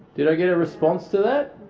did i get a response to that?